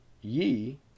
ye